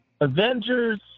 Avengers